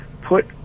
put